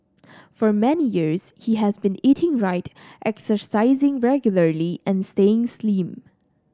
for many years he has been eating right exercising regularly and staying slim